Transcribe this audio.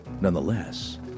nonetheless